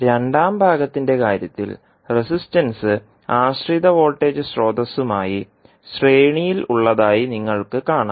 രണ്ടാം ഭാഗത്തിന്റെ കാര്യത്തിൽ റെസിസ്റ്റൻസ് ആശ്രിത വോൾട്ടേജ് സ്രോതസ്സുമായി ശ്രേണിയിലുളളതായി നിങ്ങൾക്ക് കാണാം